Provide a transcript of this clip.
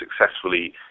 successfully